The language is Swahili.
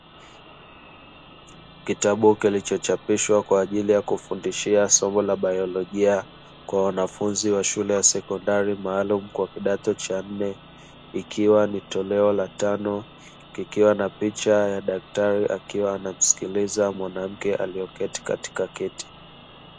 Kitabu kilichochapishwa kwa ajili ya kufundishia somo la baiolojia, kwa wanafunzi wa shule ya sekondari; maalumu kwa kidato cha nne, ikiwa ni tolea la tano. Kikiwa na picha ya daktari akiwa anamsikiliza mwanamke aliyeketi katika kiti.